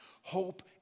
Hope